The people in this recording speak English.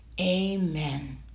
amen